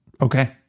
okay